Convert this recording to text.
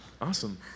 Awesome